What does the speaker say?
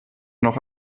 noch